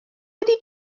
wedi